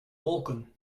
wolken